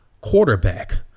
quarterback